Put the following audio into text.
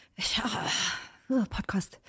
podcast